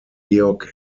georg